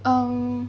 um